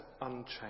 unchanged